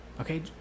okay